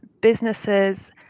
businesses